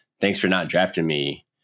thanks-for-not-drafting-me